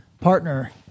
partner